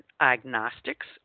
Agnostics